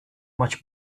much